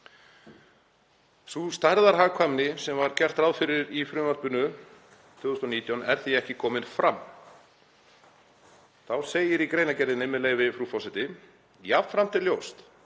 Sú stærðarhagkvæmni sem var gert ráð fyrir í frumvarpinu 2019 er því ekki komin fram. Þá segir í greinargerðinni, með leyfi, frú forseti: „Jafnframt er ljóst